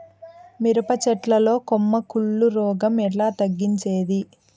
మిరప చెట్ల లో కొమ్మ కుళ్ళు రోగం ఎట్లా తగ్గించేది?